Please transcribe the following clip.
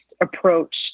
approach